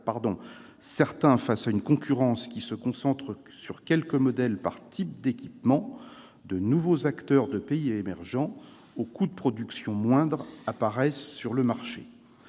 certain face à une concurrence qui se concentre sur quelques modèles par type d'équipement. En outre, de nouveaux acteurs de pays émergents, aux coûts de production moindres, apparaissent sur le marché.